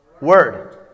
Word